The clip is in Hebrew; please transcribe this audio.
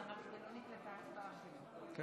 אני